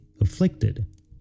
afflicted